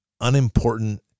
unimportant